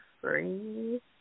free